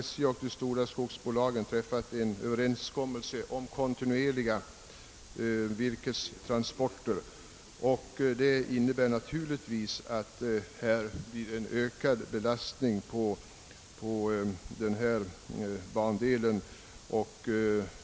SJ och de stora skogsbolagen har träffat överenskommelser om kontinuerliga virkestransporter på järnväg, och det innebär bl.a. en ökad belastning på bandelen Mora—Borlänge.